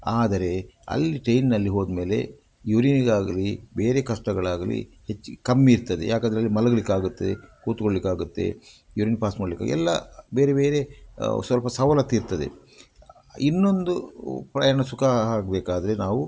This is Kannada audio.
ಆದರೆ ಅಲ್ಲಿ ಟ್ರೈನ್ನಲ್ಲಿ ಹೋದ ಮೇಲೆ ಯೂರಿನಿಗಾಗಲಿ ಬೇರೆ ಕಷ್ಟಗಳಾಗಲಿ ಹೆಚ್ಚು ಕಮ್ಮಿ ಇರ್ತದೆ ಯಾಕಂದ್ರೆ ಅಲ್ಲಿ ಮಲಗಲಿಕ್ಕಾಗುತ್ತೆ ಕುತ್ಕೊಳ್ಳಿಕ್ಕಾಗುತ್ತೆ ಯೂರಿನ್ ಪಾಸ್ ಮಾಡ್ಲಿಕ್ಕೆ ಎಲ್ಲ ಬೇರೆ ಬೇರೆ ಸ್ವಲ್ಪ ಸವಲತ್ತು ಇರ್ತದೆ ಇನ್ನೊಂದು ಪ್ರಯಾಣ ಸುಖ ಆಗಬೇಕಾದ್ರೆ ನಾವು